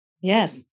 Yes